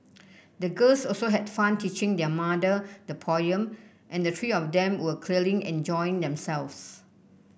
the girls also had fun teaching their mother the poem and the three of them were clearly enjoying themselves